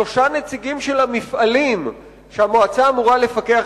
שלושה נציגים של המפעלים שהמועצה אמורה לפקח